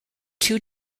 two